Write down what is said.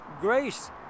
grace